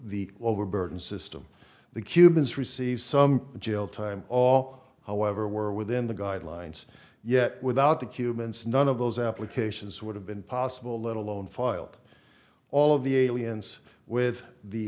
the overburdened system the cubans received some jail time all however were within the guidelines yet without the cubans none of those applications would have been possible let alone filed all of the aliens with the